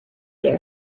there